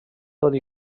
tot